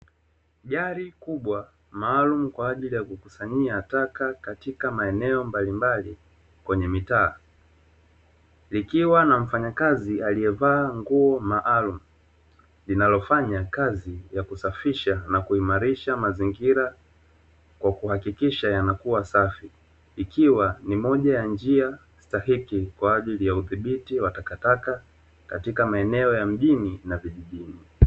Gari kubwa maalumu kwa ajili ya kukusanyia taka katika maeneo mbalimbali kwenye mitaa, likiwa na mfanyakazi aliyevaa nguo maalumu; linalofanya kazi ya kusafisha na kuimarisha mazingira kwa kuhakikisha yanakuwa safi, ikiwa ni moja ya njia sitahiki kwa ajili ya udhibiti wa takataka katika maeneo ya mjini na vijijini.